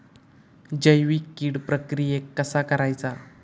जैविक कीड प्रक्रियेक कसा करायचा?